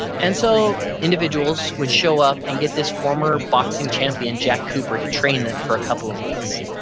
and so, individuals would show up, and get this former boxing champion jack cooper to train them for a couple of weeks.